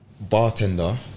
Bartender